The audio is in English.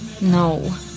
No